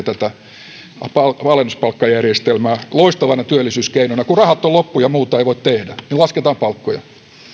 tätä alennuspalkkajärjestelmää loistavana työllisyyskeinona kun rahat ovat loppu ja muuta ei voi tehdä niin lasketaan palkkoja